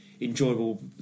enjoyable